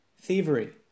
thievery